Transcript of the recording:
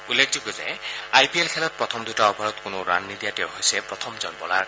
উল্লেখযোগ্য যে I P L খেলত প্ৰথম দূটা অভাৰত কোনো ৰাণ নিদিয়া তেওঁ হৈছে প্ৰথমটো বলাৰ